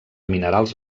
minerals